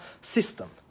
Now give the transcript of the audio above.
system